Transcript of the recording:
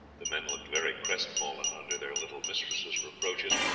the men looked very crestfallen under their little mistress reproaches,